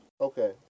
Okay